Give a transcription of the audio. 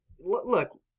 Look